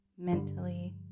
mentally